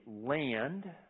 land